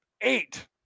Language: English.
eight